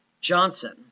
Johnson